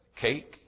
cake